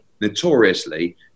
notoriously